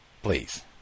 Please